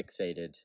fixated